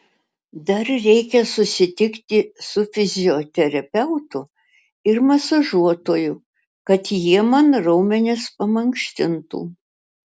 dar reikia susitikti su fizioterapeutu ir masažuotoju kad jie man raumenis pamankštintų